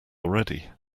already